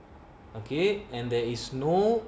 okay and there is no